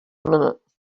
minutes